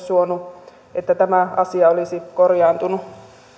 suonut että tämä asia olisi korjaantunut